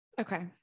okay